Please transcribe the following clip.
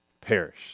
perish